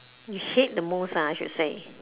you hate the most ah I should say